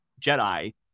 Jedi